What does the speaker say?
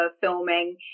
filming